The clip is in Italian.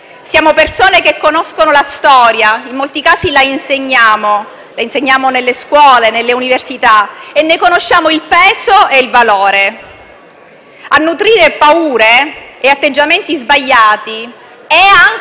siamo persone che conoscono la storia, in molti casi la insegniamo nelle scuole e nelle università e ne conosciamo il peso e il valore. A nutrire paure e atteggiamenti sbagliati è anche